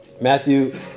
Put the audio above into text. Matthew